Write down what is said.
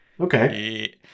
Okay